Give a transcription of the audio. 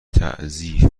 تعضیف